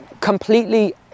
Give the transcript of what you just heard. Completely